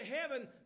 heaven